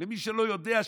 שלמי שלא יודע,